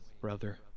brother